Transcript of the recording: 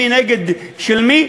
מי נגד מי,